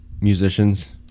musicians